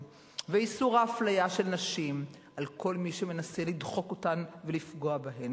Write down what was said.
ואיסור האפליה של נשים על כל מי שמנסה לדחוק אותן ולפגוע בהן,